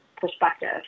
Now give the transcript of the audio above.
perspective